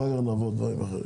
ואחר כך נעבור לדברים אחרים.